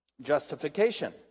justification